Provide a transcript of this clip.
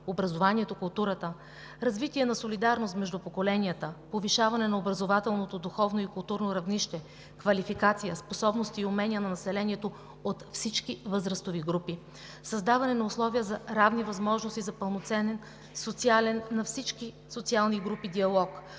образованието; културата; развитие на солидарност между поколенията; повишаване на образователното, духовно и културно равнище, квалификация, способности и умения на населението от всички възрастови групи; създаване на условия за равни възможности за пълноценен социален на всички социални групи диалог;